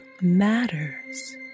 matters